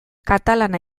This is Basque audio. katalana